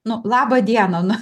nu laba diena nu